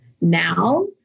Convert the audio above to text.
now